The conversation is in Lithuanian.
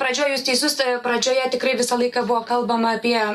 pradžioj jūs teisus pradžioje tikrai visą laiką buvo kalbama apie